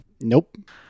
Nope